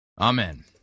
amen